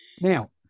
now